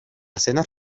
cenar